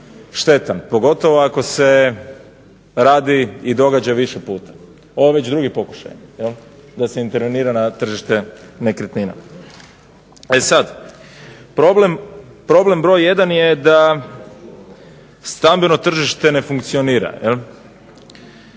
štetan pogotovo ako se radi i događa više puta. Ovo je već drugi pokušaj da se intervenira na tržište nekretnina. E sad, problem broj jedan je da stambeno tržište ne funkcionira,